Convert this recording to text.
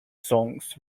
songs